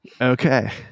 Okay